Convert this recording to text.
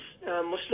Muslim